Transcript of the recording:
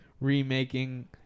remaking